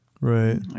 Right